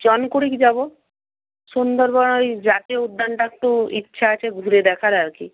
জন কুড়ি যাব সুন্দরবন ওই জাতীয় উদ্যানটা একটু ইচ্ছা আছে ঘুরে দেখার আর কি